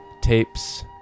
tapes